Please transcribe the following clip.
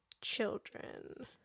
children